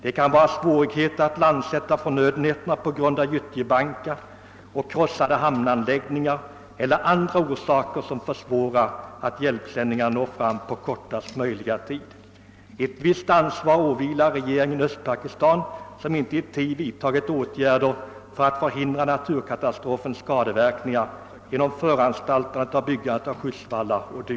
Det kan vara svårt att landsätta förnödenheterna på grund av gyttjebankar, och förstörda hamnanläggningar eller annat försvårar också att hjälpsändningarna når fram på kortast möjliga tid. Ett visst ansvar åvilar regeringen i Pakistan, som inte i tid har vidtagit åtgärder för att förhindra naturkatastrofens skadeverkningar genom att bygga skyddsvallar o. d.